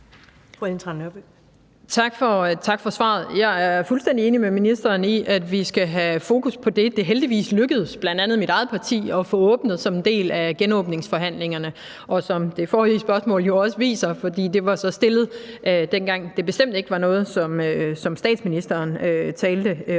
Tak for svaret. Jeg er fuldstændig enig med ministeren i, at vi skal have fokus på det. Det er det heldigvis lykkedes bl.a. mit eget parti at få åbnet som en del af genåbningsforhandlingerne. Det viser det forrige spørgsmål jo også, fordi det var stillet, dengang det bestemt ikke var noget, som statsministeren talte om